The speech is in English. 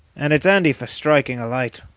and it's handy for striking a light.